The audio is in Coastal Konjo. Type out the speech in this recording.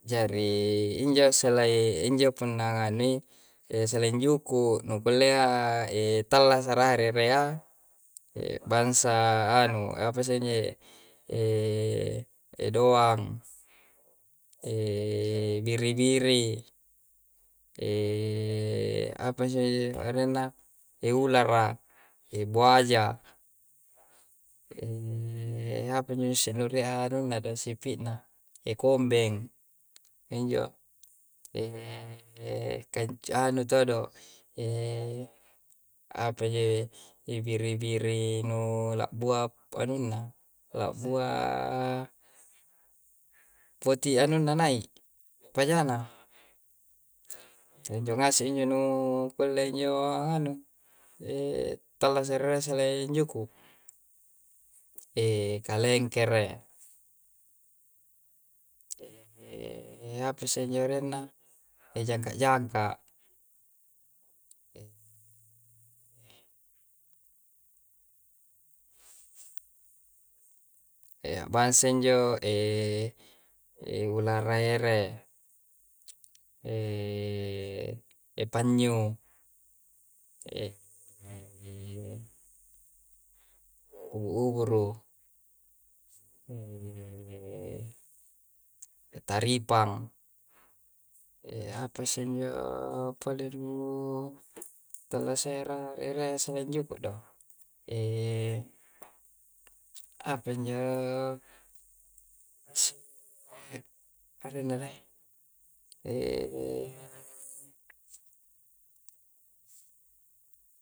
Jarii injo selaiiin, injo punna nganui, eselain juku, nu kullea etallasa raha ri erea, e bansaa anu, eapasse injoe edoang biri-biri, apasse injo arenna? Eulara, ebuaja, apanjosse nurie'a anunna do, sipi'na? ekombeng. Injo kanj anu todo' apanjoe, ebiri-biri nu labbua anunna, labbuaa poti anunna nai', pajana. Injo ngase injo nuu kulle njo nganu eettallasa ri erea selaing juku. Ekalengkere, apasse injo arenna, ejangka'-jangka'. abbansa injo eulara ere, epannyu, ubu'-uburu, taripang, eapasse injo pole nuuuu tallasayya raha ri erea selaing juku do? apa injooo isseee arenna deh?